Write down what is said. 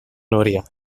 núria